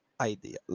idea